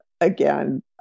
again